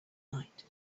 night